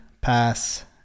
pass